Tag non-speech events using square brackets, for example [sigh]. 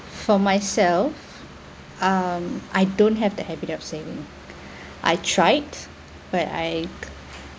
for myself um I don't have the habit of saving [breath] I tried but I